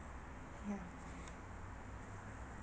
ya